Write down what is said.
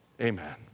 Amen